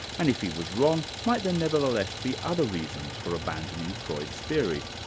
and if he was wrong, might there nevertheless be other reasons for abandoning freud's theory?